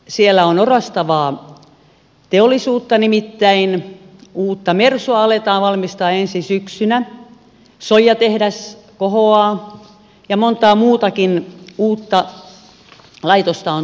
uudessakaupungissa on orastavaa teollisuutta nimittäin uutta mersua aletaan valmistaa ensi syksynä soijatehdas kohoaa ja monta muutakin uutta laitosta on tulossa